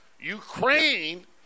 Ukraine